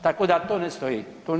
Tako da to ne stoji.